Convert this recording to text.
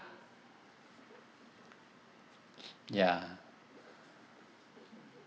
ya